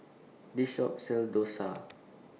This Shop sells Dosa